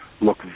look